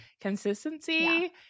Consistency